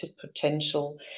potential